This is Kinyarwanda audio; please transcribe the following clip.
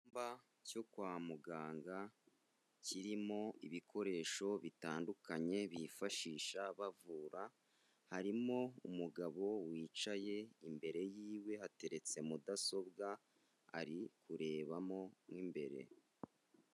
Icyumba cyo kwa muganga, kirimo ibikoresho bitandukanye bifashisha bavura, harimo umugabo wicaye imbere yiwe hateretse mudasobwa, ari kurebamo mo imbere.